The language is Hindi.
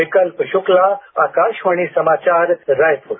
विकल्प शुक्ला आकाशवाणी समाचार रायपुर